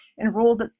enrolled